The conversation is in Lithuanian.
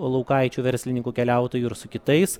laukaičiu verslininku keliautoju ir su kitais